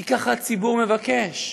כי ככה הציבור מבקש.